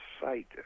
site